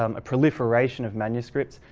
um a proliferation of manuscripts.